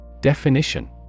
Definition